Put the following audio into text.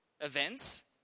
events